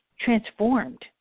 transformed